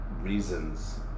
reasons